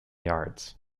yards